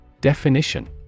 Definition